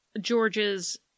George's